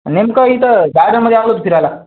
नेमकं इथं गार्डमध्ये आलोत फिरायला